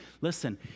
Listen